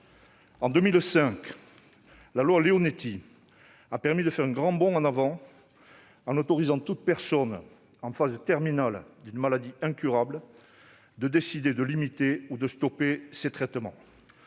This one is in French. En 2005, la loi Leonetti a permis de faire un grand bond en avant en autorisant toute personne en phase terminale d'une maladie incurable à décider de limiter ou de stopper ses traitements.